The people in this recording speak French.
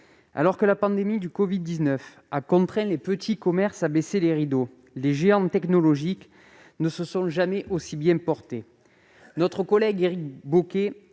Alors que la pandémie du covid-19 a contraint les petits commerces à baisser les rideaux, les géants technologiques ne se sont jamais aussi bien portés. Notre collègue Éric Bocquet